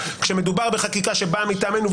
כשמדובר בחקיקה שבאה מטעמנו,